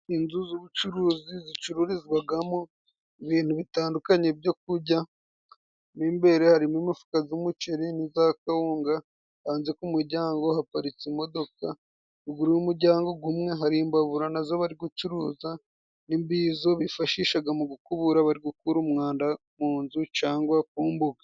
Inzu z'ubucuruzi zicururizwamo ibintu bitandukanye byo kujya mo imbere harimo imifuka y'umuceri n'iza kawunga, hanze ku muryango haparitse imodoka, ruguru y'umuryangogu umwe hari imbabura nazo bari gucuruza n'imbizo bifashisha mu gukubura bari gukura umwanda mu nzu cyangwa ku mbuga.